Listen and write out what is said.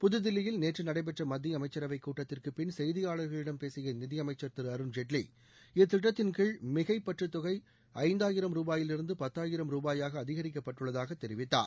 புதுதில்லியில் நேற்று நடைபெற்ற மத்திய அமைச்சரவைக் கூட்டத்திற்குப்பின் செய்தியாளர்களிடம் பேசிய நிதியமைச்சர் திரு அருண்ஜேட்வி இத்திட்டத்தின்கீழ் மிகைப்பற்றத் தொகை ஐந்தாயிரம் ரூபாயிலிருந்து பத்தாயிரம் ரூபாயாக அதிகரிக்கப்பட்டுள்ளதாக தெரிவித்தார்